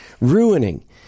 ruining